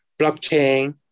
blockchain